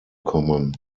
kommen